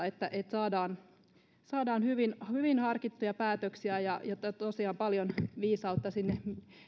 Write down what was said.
että jatkossa saadaan hyvin hyvin harkittuja päätöksiä tosiaan paljon viisautta sinne